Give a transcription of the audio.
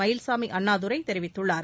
மயில்சாமி அண்ணாதுரை தெரிவித்துள்ளார்